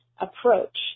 approach